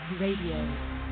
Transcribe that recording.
Radio